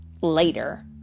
later